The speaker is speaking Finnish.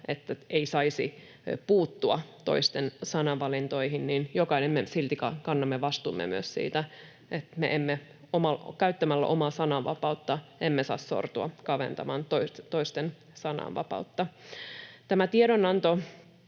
että ei saisi puuttua toisten sanavalintoihin, niin jokainen me silti kannamme vastuumme myös siitä, että käyttämällä omaa sananvapauttamme emme saa sortua kaventamaan toisten sananvapautta. Tämä tiedonanto